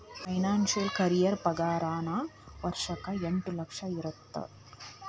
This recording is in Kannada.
ಫೈನಾನ್ಸಿಯಲ್ ಕರಿಯೇರ್ ಪಾಗಾರನ ವರ್ಷಕ್ಕ ಎಂಟ್ ಲಕ್ಷ ಇರತ್ತ